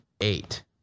eight